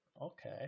Okay